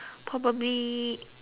probably